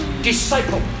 Disciple